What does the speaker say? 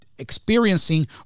experiencing